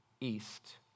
east